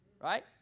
Right